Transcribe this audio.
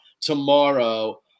tomorrow